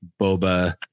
Boba